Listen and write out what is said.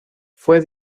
fue